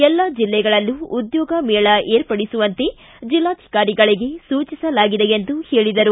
ಎಲ್ಲಾ ಜಿಲ್ಲೆಗಳಲ್ಲೂ ಉದ್ಯೋಗ ಮೇಳ ಏರ್ಪಡಿಸುವಂತೆ ಜೆಲ್ಲಾಧಿಕಾರಿಗಳಿಗೆ ಸೂಚಿಸಲಾಗಿದೆ ಎಂದು ಹೇಳಿದರು